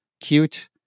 cute